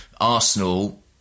Arsenal